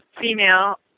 female